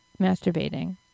masturbating